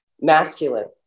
masculine